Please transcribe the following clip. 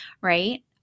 right